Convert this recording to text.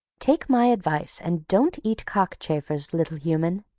take my advice, and don't eat cockchafers, little human.